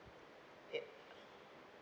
it